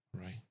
right